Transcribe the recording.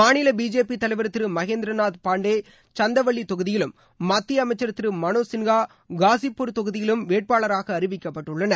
மாநில பிஜேபி தலைவர் திரு மகேந்திரநாத் பாண்டே சந்தவ்லி தொகுதியிலும் மத்திய அமைச்சர் திரு மனோஜ் சின்ஹா காலிப்பூர் தொகுதியிலும் வேட்பாளர்களாக அறிவிக்கப்பட்டுள்ளனர்